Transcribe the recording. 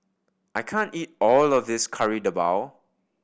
I can't eat all of this Kari Debal